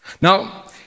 Now